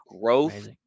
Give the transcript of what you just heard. growth